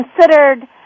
considered